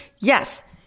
Yes